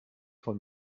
von